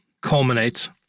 culminates